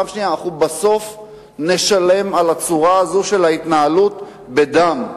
בסוף נשלם על הצורה הזו של ההתנהלות בדם.